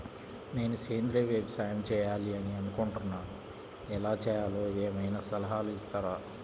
నేను సేంద్రియ వ్యవసాయం చేయాలి అని అనుకుంటున్నాను, ఎలా చేయాలో ఏమయినా సలహాలు ఇస్తారా?